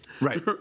Right